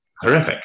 horrific